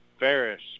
Ferris